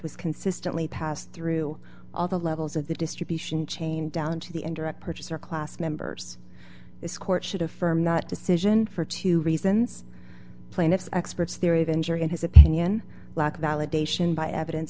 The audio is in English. was consistently passed through all the levels of the distribution chain down to the indirect purchaser class members this court should affirm that decision for two reasons plaintiff's experts theory of injury in his opinion lack of validation by evidence